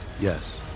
Yes